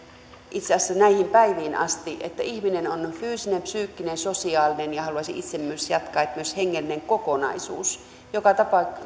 itse asiassa näihin päiviin asti että ihminen on fyysinen psyykkinen ja sosiaalinen ja haluaisin itse jatkaa että myös hengellinen kokonaisuus joka